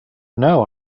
know